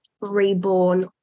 reborn